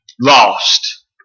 lost